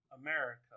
America